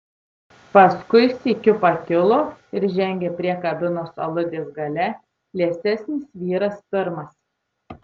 paskui sykiu pakilo ir žengė prie kabinos aludės gale liesesnis vyras pirmas